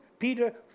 Peter